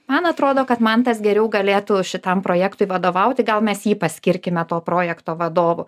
man atrodo kad mantas geriau galėtų šitam projektui vadovauti gal mes jį paskirkime to projekto vadovu